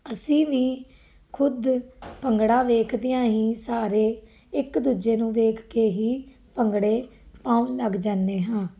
ਅਸੀਂ ਵੀ ਖੁਦ ਭੰਗੜਾ ਵੇਖਦਿਆਂ ਹੀ ਸਾਰੇ ਇੱਕ ਦੂਜੇ ਨੂੰ ਵੇਖ ਕੇ ਹੀ ਭੰਗੜੇ ਪਾਉਣ ਲੱਗ ਜਾਂਦੇ ਹਾਂ